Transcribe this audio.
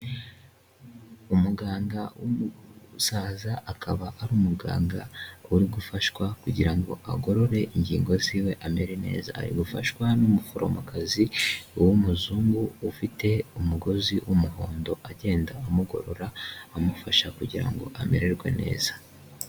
Umuganga w'umusaza akaba ari umuganga uri gufashwa kugira ngo agorore ingingo ziwe amere neza, ari gufashwa n'umuforomo kazi w'umuzungu ufite umugozi w'umuhondo agenda amugorora amufasha kugira ngo amererwe neza.